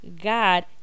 God